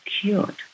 cured